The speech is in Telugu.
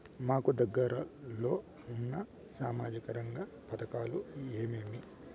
నాకు దగ్గర లో ఉన్న సామాజిక రంగ పథకాలు ఏమేమీ?